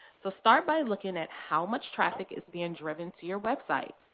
so start by looking at how much traffic is being driven to your website.